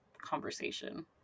conversation